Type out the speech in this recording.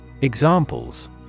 Examples